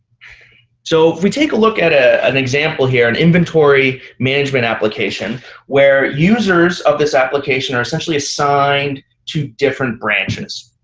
so if we take a look at ah an example here, an inventory management application where users of this application are essentially assigned two different branches.